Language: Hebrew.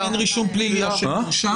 אם אין רישום פלילי, האשם נרשם?